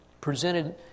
presented